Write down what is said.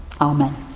Amen